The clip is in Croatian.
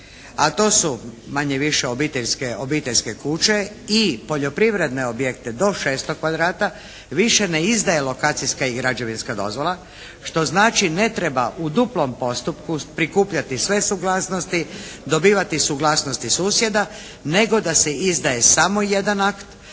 a to su manje-više obiteljske kuće i poljoprivredne objekte do 600 kvadrata više ne izdaje lokacijska i građevinska dozvola što znači ne treba u duplom postupku prikupljati sve suglasnosti, dobivati suglasnosti susjeda nego da se izdaje samo jedan akt.